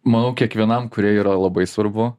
manau kiekvienam kūrėjui yra labai svarbu